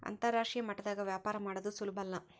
ಅಂತರಾಷ್ಟ್ರೀಯ ಮಟ್ಟದಾಗ ವ್ಯಾಪಾರ ಮಾಡದು ಸುಲುಬಲ್ಲ